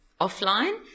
offline